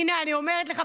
הינה אני אומרת לך,